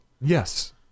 Yes